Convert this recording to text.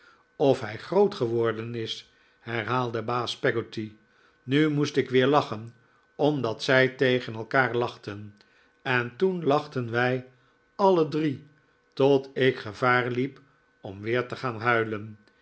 of hij groot geworden is herhaalde baas peggotty nu moest ik weer lachen omdat zij tegen elkaar lachten en toen lachten wij alle drie tot ik gevaar hep om weer te gaan huilen